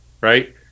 Right